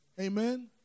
Amen